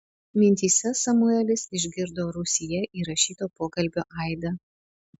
mintyse samuelis išgirdo rūsyje įrašyto pokalbio aidą